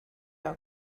are